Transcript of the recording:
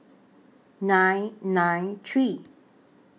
nine nine three